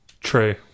True